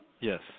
Yes